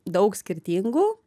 daug skirtingų